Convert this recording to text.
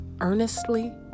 earnestly